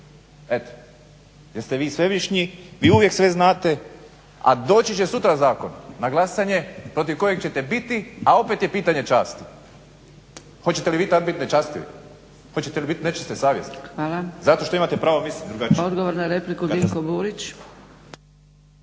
ja. Jeste vi svevišnji, vi uvijek sve znate, a doći će sutra zakon na glasanje protiv kojeg ćete biti, a opet je pitanje čast. Hoćete li vi tada biti nečastivi, hoćete li biti nečiste savjesti zato što imate pravo mislit drugačije. **Zgrebec, Dragica